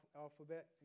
alphabet